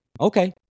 Okay